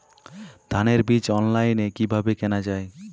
ধানের বীজ অনলাইনে কিভাবে কেনা যায়?